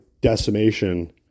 decimation